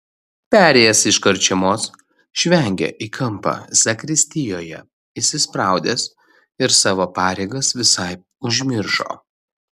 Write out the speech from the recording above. parėjęs iš karčiamos žvengė į kampą zakristijoje įsispraudęs ir savo pareigas visai užmiršo